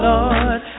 Lord